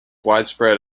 widespread